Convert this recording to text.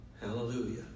Hallelujah